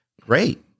Great